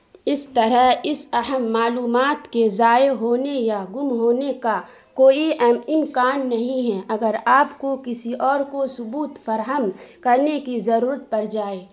اس طرح اس اہم معلومات کے ضائع ہونے یا گم ہونے کا کوئی امکان نہیں ہیں اگر آپ کو کسی اور کو ثبوت فراہم کرنے کی ضرورت پڑ جائے